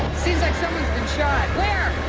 seems likes someone's been shot. where?